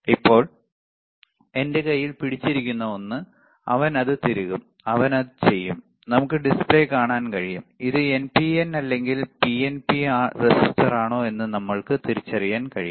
ഇപ്പോൾ ഞാൻ എന്റെ കൈയിൽ പിടിച്ചിരിക്കുന്ന ഒന്ന് അവൻ അത് തിരുകും അവൻ ചെയ്യും നമുക്ക് ഡിസ്പ്ലേ കാണാനും കഴിയും ഇത് എൻപിഎൻ അല്ലെങ്കിൽ പിഎൻപി ട്രാൻസിസ്റ്ററാണോ എന്ന് നമുക്ക് തിരിച്ചറിയാൻ കഴിയും